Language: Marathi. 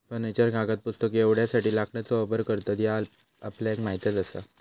फर्निचर, कागद, पुस्तके एवढ्यासाठी लाकडाचो वापर करतत ह्या आपल्याक माहीतच आसा